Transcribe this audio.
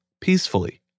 peacefully